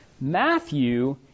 Matthew